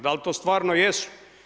Da li to stvarno jesu?